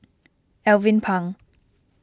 Alvin Pang